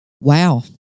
Wow